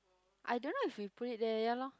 I don't know if you put it there ya lor